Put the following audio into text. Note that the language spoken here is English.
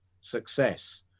success